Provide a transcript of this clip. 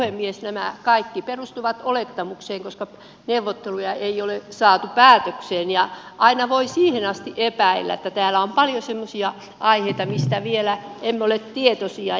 nämä kaikki perustuvat olettamukseen koska neuvotteluja ei ole saatu päätökseen ja aina voi siihen asti epäillä että täällä on paljon semmoisia aiheita mistä vielä emme ole tietoisia